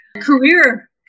career